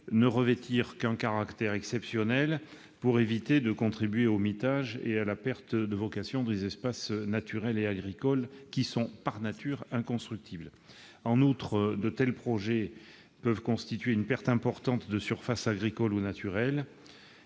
ne revêtir qu'un caractère exceptionnel, afin d'éviter l'aggravation du mitage et de la perte de vocation des espaces naturels et agricoles, par nature inconstructibles. En outre, de tels projets peuvent entraîner une perte importante de surfaces agricoles ou naturelles.